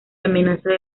amenaza